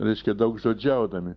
reiškia daugžodžiaudami